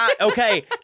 Okay